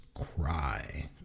Cry